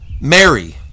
Mary